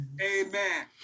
Amen